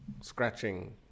Scratching